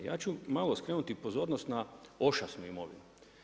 Ja ću malo skrenuti pozornost na ošasnu imovinu.